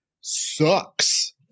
sucks